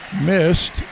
missed